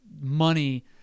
money